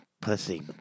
pussy